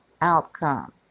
outcome